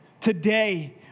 Today